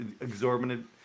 exorbitant